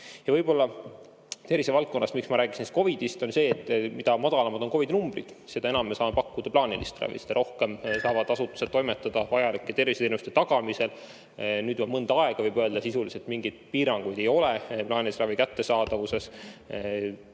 valmis. Võib-olla tervisevaldkonnas, miks ma rääkisin COVID-ist, on see, et mida madalamad on numbrid, seda enam me saame pakkuda plaanilist ravi, seda rohkem saavad asutused toimetada vajalike terviseteenuste tagamisel. Nüüd juba mõnda aega, võib öelda, sisuliselt mingeid piiranguid ei ole plaanilise ravi kättesaadavuses.